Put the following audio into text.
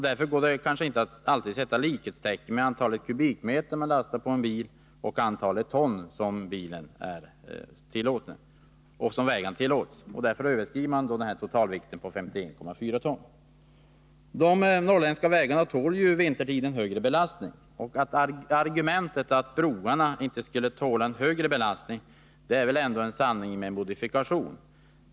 Därför går det inte alltid att sätta likhetstecken mellan antalet kubikmeter som man lastar på en bil och det antal ton som tillåts på vägen. Därför överskrids också ofta totalvikten 51,4 ton. De norrländska vägarna tål ju vintertid en högre belastning. Argumentet att broarna inte skulle tåla en högre belastning är väl ändå en sanning med modifikation.